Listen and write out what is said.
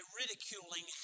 ridiculing